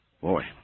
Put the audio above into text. boy